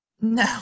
No